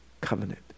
covenant